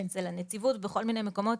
אצל הנציבות, בכל מיני מקומות.